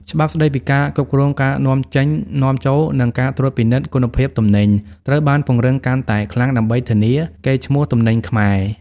ច្បាប់ស្ដីពីការគ្រប់គ្រងការនាំចេញ-នាំចូល និងការត្រួតពិនិត្យគុណភាពទំនិញ ត្រូវបានពង្រឹងកាន់តែខ្លាំងដើម្បីធានាកេរ្តិ៍ឈ្មោះទំនិញខ្មែរ។